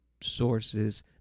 sources